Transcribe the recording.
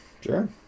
sure